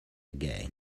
again